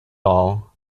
all